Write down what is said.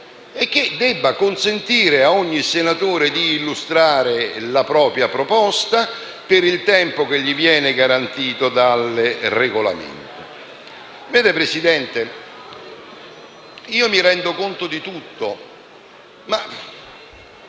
e che debba consentire a ogni senatore di illustrare la propria proposta per il tempo che gli viene garantito dal Regolamento. Vede, signor Presidente, mi rendo conto di tutto, ma